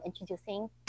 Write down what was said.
introducing